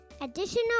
Additional